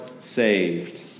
saved